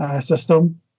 system